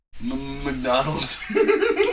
McDonald's